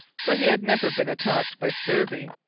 for he had never been attacked by scurvy,